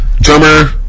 drummer